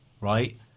right